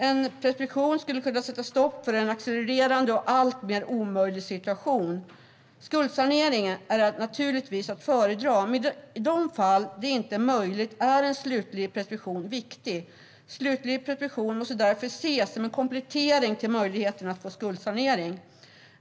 En preskription skulle kunna sätta stopp för en accelererande och alltmer omöjlig situation. Skuldsanering är naturligtvis att föredra. Men i de fall där det inte är möjligt är en slutlig preskription viktig. Slutlig preskription måste därför ses som en komplettering till möjligheten att få skuldsanering.